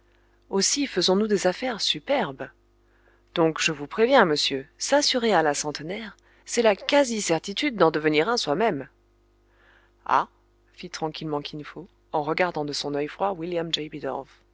aussi faisons-nous des affaires superbes donc je vous préviens monsieur s'assurer à la centenaire c'est la quasi certitude d'en devenir un soi-même ah fit tranquillement kin fo en regardant de son oeil froid william